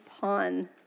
pawn